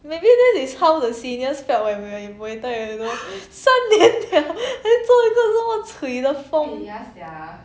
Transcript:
maybe this is how the seniors felt when we are in muay thai you know 三年了连做一个这么 cui 的 form